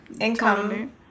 income